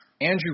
Andrew